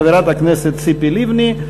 חברת הכנסת ציפי לבני,